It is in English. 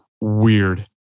weird